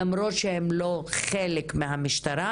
למרות שהם לא חלק מהמשטרה.